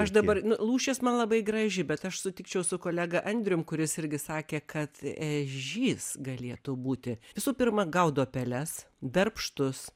aš dabar lūšis man labai graži bet aš sutikčiau su kolega andrium kuris irgi sakė kad ežys galėtų būti visų pirma gaudo peles darbštus